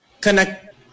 connect